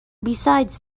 besides